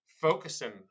focusing